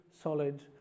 solid